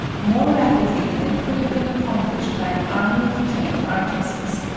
more rapidly than could have been accomplished by an army of trained artists.